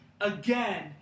again